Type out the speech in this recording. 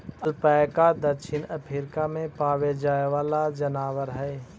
alpaca दक्षिण Africa में पावे जाए वाला जनावर हई